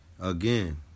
again